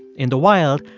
in the wild,